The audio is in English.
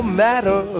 matter